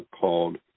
called